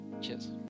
Cheers